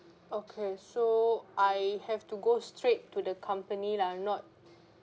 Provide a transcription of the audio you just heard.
okay so I have to go straight to the company lah not